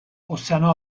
ozeano